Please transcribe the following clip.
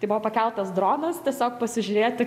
tai buvo pakeltas dronas tiesiog pasižiūrėti